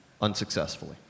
unsuccessfully